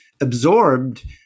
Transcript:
absorbed